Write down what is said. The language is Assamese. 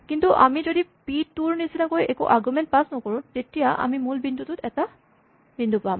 কিন্তু আমি যদি পি টু ৰ নিচিনাকৈ একো আৰগুমেন্ট পাচ নকৰোঁ তেতিয়া আমি মূল বিন্দু ত এটা বিন্দু পাম